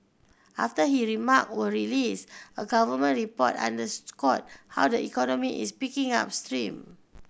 after he remark were released a government report underscored how the economy is picking up stream